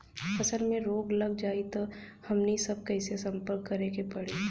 फसल में रोग लग जाई त हमनी सब कैसे संपर्क करें के पड़ी?